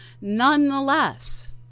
nonetheless